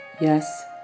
Yes